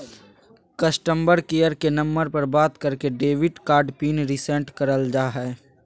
customer care के number पर बात करके डेबिट कार्ड पिन रीसेट करल जा हय